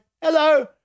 hello